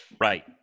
Right